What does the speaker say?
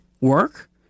work